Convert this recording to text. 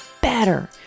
better